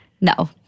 No